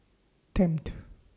Tempt